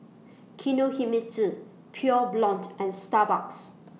Kinohimitsu Pure Blonde and Starbucks